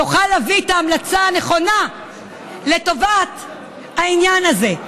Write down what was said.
תוכל להביא את ההמלצה הנכונה לטובת העניין הזה,